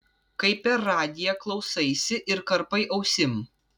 kai per radiją klausaisi ir karpai ausim